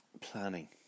planning